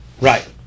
Right